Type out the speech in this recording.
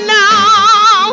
now